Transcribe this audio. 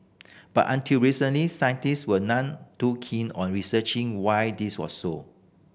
but until recently scientists were none too keen on researching why this was so